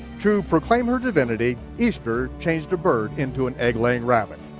to proclaim her divinity, easter changed a bird into an egg-laying rabbit.